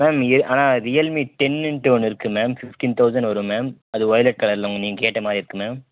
ma'am எ ஆனால் Realme டென்னுண்ட்டு ஒன்று இருக்கு மேம் ஃபிஃப்டீன் தவுசண்ட் வரும் மேம் அது ஒயிலட் கலரில் நீங்கள் கேட்ட மாதிரி இருக்கு மேம்